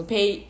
Pay